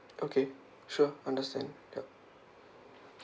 okay sure understand yup